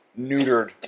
neutered